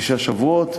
שישה שבועות.